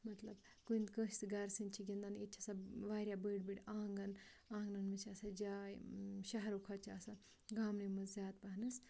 مطلب کُنہِ کٲنٛسہِ تہِ گَر سٕنٛدۍ چھِ گِنٛدان ییٚتہِ چھِ آسان واریاہ بٔڈۍ بٔڈۍ آنٛگَن آنٛگنَن منٛز چھِ آسان جاے شہرٕ کھۄتہٕ چھِ آسان گامنٕے منٛز زیادٕ پَہنَس